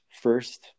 first